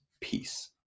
peace